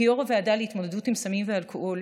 כיו"ר הוועדה להתמודדות עם סמים ואלכוהול,